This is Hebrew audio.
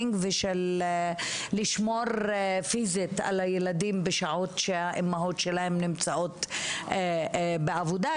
ושל הגנה פיזית על הילדים בשעה שהאימהות שלהן נמצאות בעבודה,